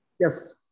yes